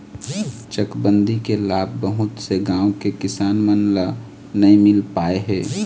चकबंदी के लाभ बहुत से गाँव के किसान मन ल नइ मिल पाए हे